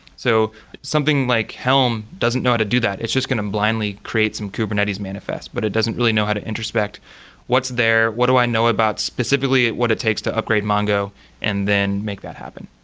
so something like helm doesn't know how to do that. it's just going to blindly create some kubernetes manifest, but it doesn't really know how to introspect what's there, what do i know about specifically what it takes to upgrade mongo and then make that happen